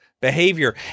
behavior